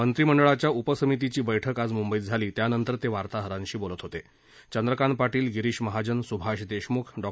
मम्रिमष्ठळाच्या उपसमितीची बैठक आज मुंबईत झाली त्यानव्वर तः वार्ताहराष्ट्री बोलत होत चप्रकाव पाटील गिरीश महाजन सुभाष दक्षामुख डॉ